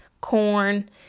corn